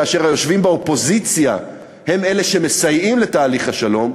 כאשר היושבים באופוזיציה הם אלה שמסייעים לתהליך השלום,